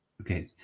okay